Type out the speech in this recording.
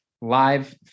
live